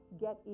get